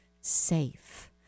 safe